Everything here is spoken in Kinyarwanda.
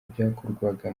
byakorwaga